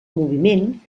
moviment